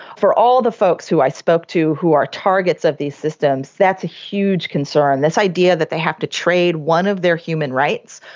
for all the folks who i spoke to who are targets of these systems, that's a huge concern, this idea that they have to trade one of their human rights,